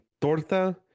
torta